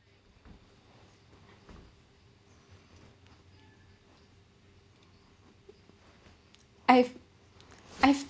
I've I've